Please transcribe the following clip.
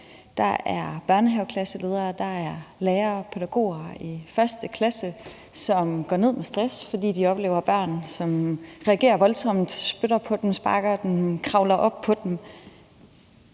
Der er børnehaveklasseledere, og der er lærere og pædagoger i 1. klasse, som går ned med stress, fordi de oplever børn, som reagerer voldsomt. De spytter på dem, sparker dem og kravler op på dem.